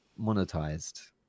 monetized